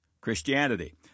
Christianity